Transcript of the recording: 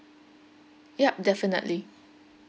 yup definitely